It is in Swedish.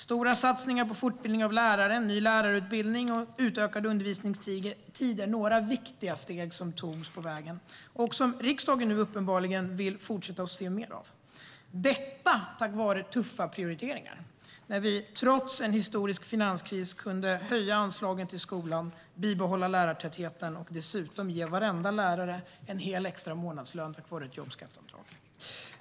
Stora satsningar på fortbildning av lärare, ny lärarutbildning och utökad undervisningstid är några viktiga steg som togs på vägen och som riksdagen nu uppenbarligen vill se mer av - detta tack vare tuffa prioriteringar när vi, trots en historisk finanskris, kunde höja anslagen till skolan, behålla lärartätheten och dessutom ge varenda lärare en hel extra månadslön tack vare ett jobbskatteavdrag.